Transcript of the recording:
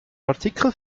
artikel